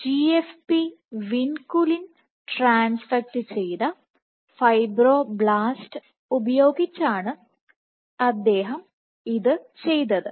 GFP vinculin transfect ചെയ്ത fibroblast ഉപയോഗിച്ചാണ് ഇത് ചെയ്തത്